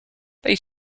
they